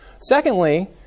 Secondly